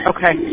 Okay